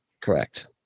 Correct